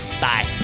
bye